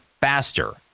faster